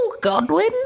godwin